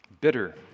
Bitter